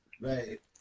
right